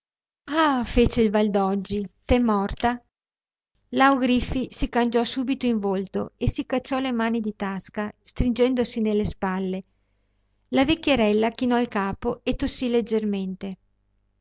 ah fece il valdoggi t'è morta lao griffi si cangiò subito in volto e si cacciò le mani in tasca stringendosi nelle spalle la vecchierella chinò il capo e tossì leggermente